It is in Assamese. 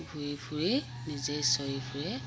ঘূৰি ফুৰি নিজেই চৰি ফুৰে